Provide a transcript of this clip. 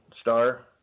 star